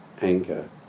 anger